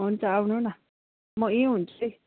हुन्छ आउनु न म यहीँ हुन्छु है